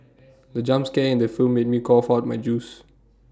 the jump scare in the film made me cough out my juice